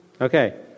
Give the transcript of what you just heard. Okay